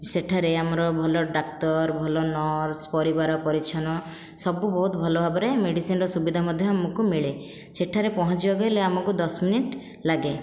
ସେଠାରେ ଆମର ଭଲ ଡାକ୍ତର ଭଲ ନର୍ସ ପରିବାର ପରିଚ୍ଛନ୍ନ ସବୁ ବହୁତ ଭଲ ଭାବରେ ମେଡ଼ିସିନର ସୁବିଧା ମଧ୍ୟ ଆମକୁ ମିଳେ ସେଠାରେ ପହଞ୍ଚିବାକୁ ହେଲେ ଆମକୁ ଦଶ ମିନିଟ ଲାଗେ